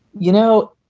you know?